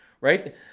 right